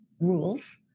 rules